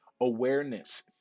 awareness